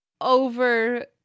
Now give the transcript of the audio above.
over